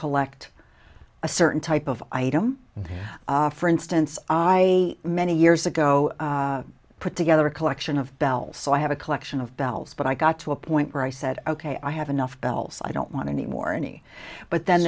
collect a certain type of item for instance i many years ago put together a collection of bell so i have a collection of bells but i got to a point where i said ok i have enough bells i don't want anymore any but then